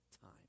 time